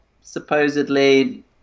supposedly